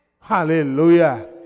Hallelujah